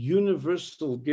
universal